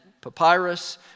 papyrus